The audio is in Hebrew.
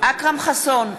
אכרם חסון,